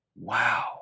wow